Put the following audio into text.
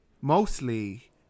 Mostly